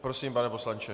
Prosím, pane poslanče.